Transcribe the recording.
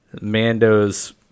mando's